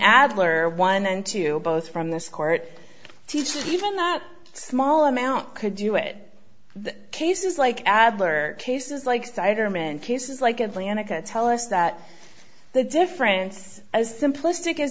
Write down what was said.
adler one and two both from this court teaches even not a small amount could do it the cases like adler cases like cider him and cases like atlantic and tell us that the difference as simplistic as